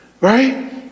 Right